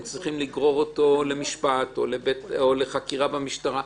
צריכים לגרור אותו למשפט או לחקירה במשטרה.